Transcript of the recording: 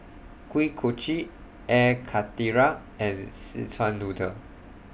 Kuih Kochi Air Karthira and Szechuan Noodle